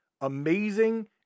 amazing